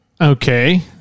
Okay